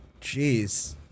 Jeez